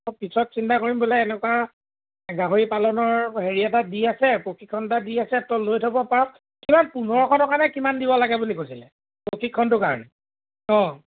পিছত চিন্তা কৰিম বোলে এনেকুৱা গাহৰি পালনৰ হেৰি এটা দি আছে প্ৰশিক্ষণ এটা দি আছে ত' লৈ থ'ব পাৰ কিমান পোন্ধৰশ টকা নে কিমান দিব লাগে বুলি কৈছিলে প্ৰশিক্ষণটো কাৰণে অঁ